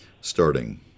starting